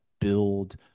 build